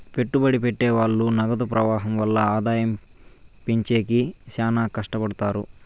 పెట్టుబడి పెట్టె వాళ్ళు నగదు ప్రవాహం వల్ల ఆదాయం పెంచేకి శ్యానా కట్టపడుతారు